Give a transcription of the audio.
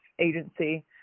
agency